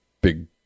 big